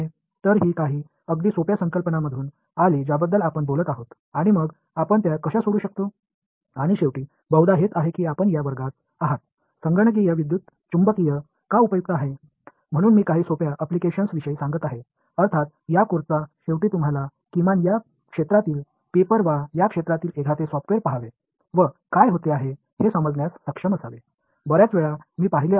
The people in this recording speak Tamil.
எனவே இது சில மிக எளிய கருத்துகளிலிருந்து வருகிறது பின்னர் அவற்றை எவ்வாறு தீர்ப்பது பற்றி நாம் பேசுவோம் இறுதியாக கம்புடஷனல் எலெக்ட்ரோமேக்னெட்டிக்ஸ் ஏன் பயனுள்ளதாக இருக்கும் என்பதை கொள்ள நீங்கள் வகுப்பில் இருப்பது இருக்கிறீர்கள் எனவே இந்த பாடத்திட்டத்தின் முடிவில் இந்த பகுதியில் உள்ள சில எளிய பயன்பாடுகளின் ஆவணங்களை குறைந்தபட்சம் படிக்க முடியும் அல்லது இந்த பகுதியில் உள்ள ஒரு மென்பொருளைப் பார்த்து என்ன நடக்கிறது என்பதைப் புரிந்து கொள்ள முடியும்